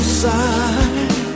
side